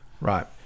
Right